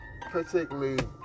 particularly